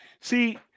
see